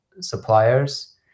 suppliers